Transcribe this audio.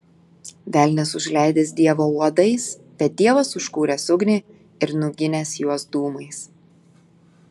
velnias užleidęs dievą uodais bet dievas užkūręs ugnį ir nuginęs juos dūmais